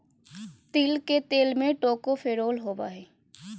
तिल के तेल में टोकोफेरोल होबा हइ